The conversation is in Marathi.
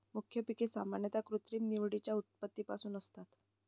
मुख्य पिके सामान्यतः कृत्रिम निवडीच्या उत्पत्तीपासून असतात